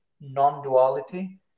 non-duality